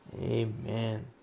amen